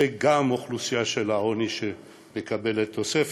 זאת גם אוכלוסייה של העוני שמקבלת תוספת,